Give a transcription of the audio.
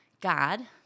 God